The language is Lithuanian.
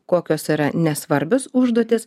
kokios yra nesvarbios užduotys